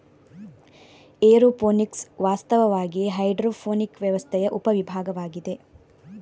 aeroponics ವಾಸ್ತವವಾಗಿ hydroponic ವ್ಯವಸ್ಥೆಯ ಉಪ ವಿಭಾಗವಾಗಿದೆ